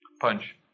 Punch